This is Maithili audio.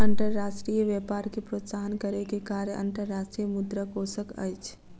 अंतर्राष्ट्रीय व्यापार के प्रोत्साहन करै के कार्य अंतर्राष्ट्रीय मुद्रा कोशक अछि